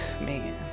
man